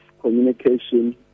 communication